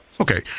Okay